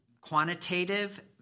quantitative